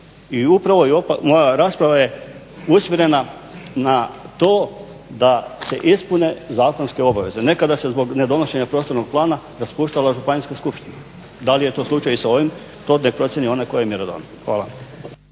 I upravo moja rasprava je usmjerena na to da se ispune zakonske obaveze. Nekada se zbog nedonošenja Prostornog plana raspuštala Županijska skupština. Da li je to slučaj i sa ovim to nek procjeni onaj koji je mjerodavan. Hvala.